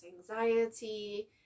anxiety